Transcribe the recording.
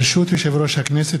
ברשות יושב-ראש הכנסת,